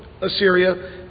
Assyria